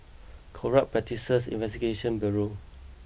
Corrupt Practices Investigation Bureau